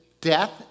death